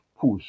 push